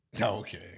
Okay